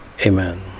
Amen